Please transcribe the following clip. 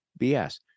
BS